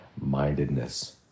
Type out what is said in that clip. mindedness